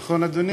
נכון, אדוני?